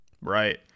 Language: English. Right